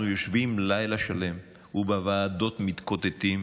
אנחנו יושבים לילה שלם ובוועדות מתקוטטים